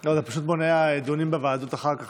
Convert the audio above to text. זה פשוט מונע דיונים בוועדות אחר כך,